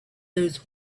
those